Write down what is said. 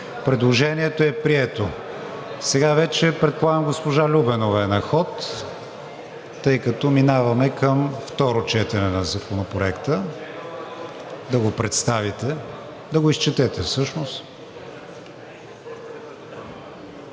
Предложението е прието. Сега вече предполагам госпожа Любенова е на ход, тъй като минаваме към второ четене на Законопроекта, да го представите. Имате думата.